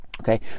Okay